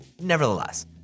Nevertheless